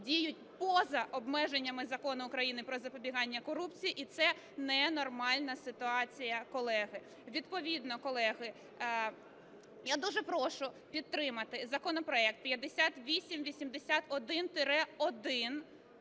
діють поза обмеженнями Закону України "Про запобігання корупції" і це ненормальна ситуація, колеги. Відповідно, колеги, я дуже прошу підтримати законопроект 5881-1,